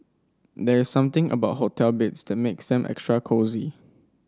there's something about hotel beds that makes them extra cosy